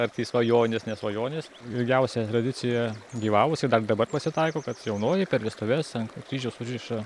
ar tai svajonės ne svajonės ilgiausia tradicija gyvavusi ir dar dabar pasitaiko kad jaunoji per vestuves an kryžiaus užriša